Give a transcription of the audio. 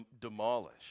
demolish